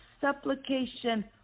supplication